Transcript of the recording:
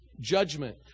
judgment